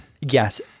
Yes